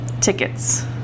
tickets